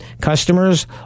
Customers